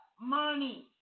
Money